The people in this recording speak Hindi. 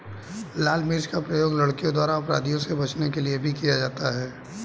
लाल मिर्च का प्रयोग लड़कियों द्वारा अपराधियों से बचने के लिए भी किया जाता है